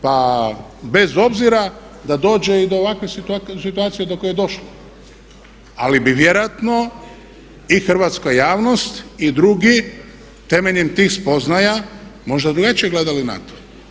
Pa bez obzira da dođe i do ovakvih situacija do koje je došlo, ali bi vjerojatno i hrvatska javnost i drugi temeljem tih spoznaja možda drugačije gledali na to.